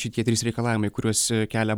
šitie trys reikalavimai kuriuos kelia